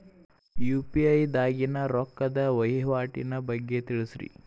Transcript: UPI ದಾಗಿನ ರೊಕ್ಕದ ವಹಿವಾಟಿನ ಬಗ್ಗೆ ತಿಳಸ್ರಿ